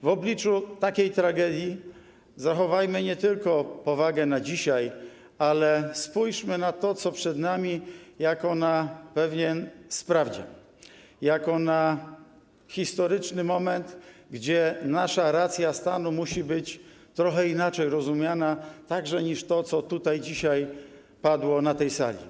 W obliczu takiej tragedii zachowajmy nie tylko powagę dzisiaj, ale spójrzmy na to, co przed nami, jako na pewien sprawdzian, jako na historyczny moment, gdzie nasza racja stanu musi być trochę inaczej rozumiana także niż to, co tutaj dzisiaj padło na tej sali.